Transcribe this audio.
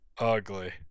Ugly